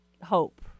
hope